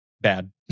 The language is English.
bad